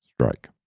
strike